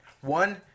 one